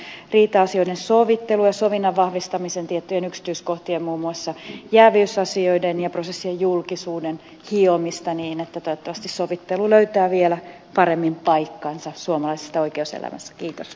kysymyksessä on riita asioiden sovittelu ja sovinnon vahvistamisen tiettyjen yksityiskohtien muun muassa jääviysasioiden ja prosessien julkisuuden hiominen niin että toivottavasti sovittelu löytää vielä paremmin paikkansa suomalaisessa oikeuselämässä